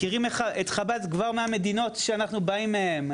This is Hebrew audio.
מכירים את חב"ד כבר מהמדינות שאנחנו באים מהן,